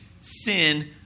sin